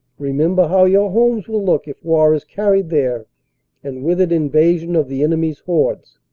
remember how your homes will look if war is carried there and with it invasion of the enemy's hordes.